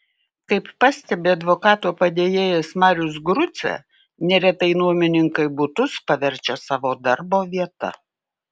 kaip pastebi advokato padėjėjas marius grucė neretai nuomininkai butus paverčia savo darbo vieta